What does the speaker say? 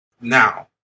Now